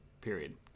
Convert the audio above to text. period